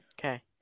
Okay